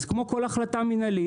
אז כמו כל החלטה מינהלית.